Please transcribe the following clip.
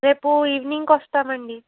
రేపు ఈవినింగ్కి వస్తామండి